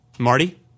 Marty